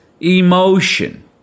emotion